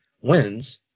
wins